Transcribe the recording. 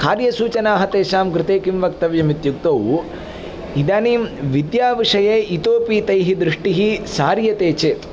कार्यसूचनाः तेषां कृते किं वक्तव्यम् इत्युक्तौ इदानीं विद्याविषये इतोपि तैः दृष्टिः सार्यते चेत्